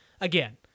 again